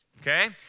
Okay